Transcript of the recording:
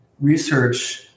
research